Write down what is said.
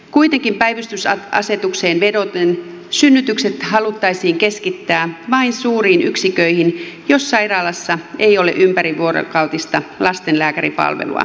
kuitenkin päivystysasetukseen vedoten synnytykset haluttaisiin keskittää vain suuriin yksiköihin jos sairaalassa ei ole ympärivuorokautista lastenlääkäripalvelua